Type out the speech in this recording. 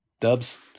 Dubs